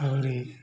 ଆହୁରି